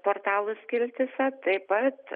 portalo skiltyse taip pat